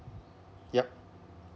yup